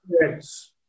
Yes